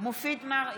מופיד מרעי,